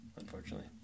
unfortunately